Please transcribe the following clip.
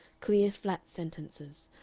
clear flat sentences,